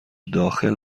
داخل